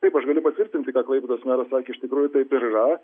taip aš galiu patvirtinti ką klaipėdos meras sakė iš tikrųjų taip ir yra